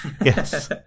Yes